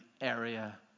area